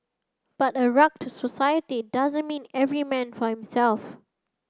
but a rugged society doesn't mean every man for himself